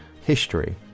history